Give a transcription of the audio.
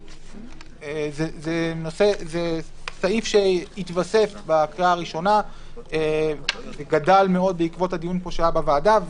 זה סעיף שהתווסף בקריאה הראשונה וגדל מאוד בעקבות הדיון שהיה בוועדה.